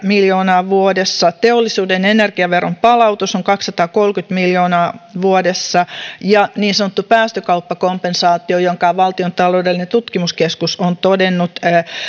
miljoonaa vuodessa teollisuuden energiaveron palautus on kaksisataakolmekymmentä miljoonaa vuodessa ja niin sanottu päästökauppakompensaatio jonka valtion taloudellinen tutkimuskeskus on todennut